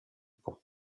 pont